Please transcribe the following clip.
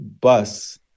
bus